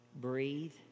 Breathe